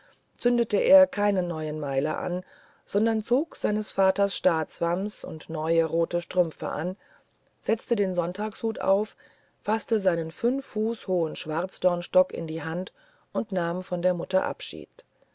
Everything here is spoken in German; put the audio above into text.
zündete er keinen neuen meiler an sondern zog seines vaters staatswams und neue rote strümpfe an setzte den sonntagshut auf faßte seinen fünf fuß hohen schwarzdornstock in die hand und nahm von der mutter abschied